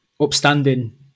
upstanding